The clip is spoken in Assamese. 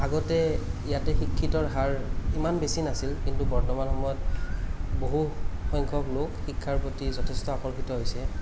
আগতে ইয়াতে শিক্ষিতৰ হাৰ ইমান বেছি নাছিল কিন্তু বৰ্তমান সময়ত বহুসংখ্য়ক লোক শিক্ষাৰ প্ৰতি যথেষ্ট আকৰ্ষিত হৈছে